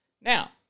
Now